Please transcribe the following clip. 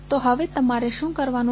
તો હવે તમારે શું કરવાનું છે